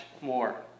more